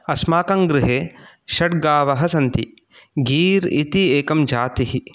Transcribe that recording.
अस्माकं गृहे षड् गावः सन्ति गीर् इति एकं जातिः